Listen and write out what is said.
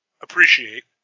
appreciate